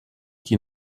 qui